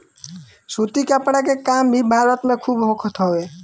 सूती कपड़ा के काम भी भारत में खूब होखत हवे